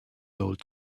old